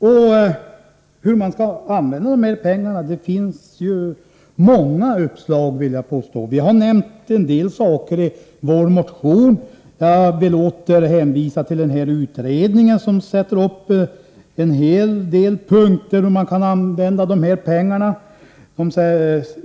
Det finns många uppslag, vill jag påstå, till hur man skall använda de här pengarna. Vi har nämnt en del saker i vår motion. Vi hänvisar till en utredning som satt upp en hel del punkter över hur man kan använda dessa pengar.